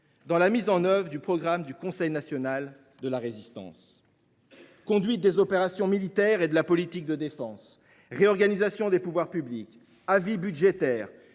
dans la mise en œuvre du programme du Conseil national de la Résistance : conduite des opérations militaires et de la politique de défense ; réorganisation des pouvoirs publics ; création